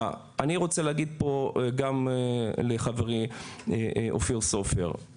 אני רוצה להגיד פה גם לחברי אופיר סופר,